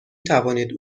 توانید